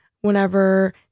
whenever